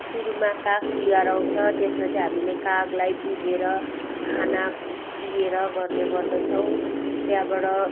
सुरुमा काग तिहार आउँछ त्यसमा चाहिँ हामीले कागलाई पुजेर खाना दिएर गर्ने गर्दछौँ त्यहाँबाट